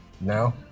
Now